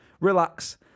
relax